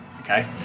Okay